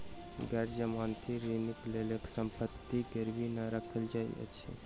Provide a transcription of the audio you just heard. गैर जमानती ऋणक लेल किछ संपत्ति गिरवी नै राखल जाइत अछि